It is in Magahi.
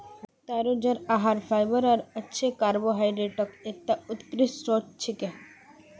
तारो जड़ आहार फाइबर आर अच्छे कार्बोहाइड्रेटक एकता उत्कृष्ट स्रोत छिके